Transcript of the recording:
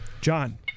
John